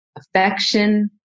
affection